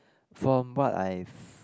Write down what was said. from what I've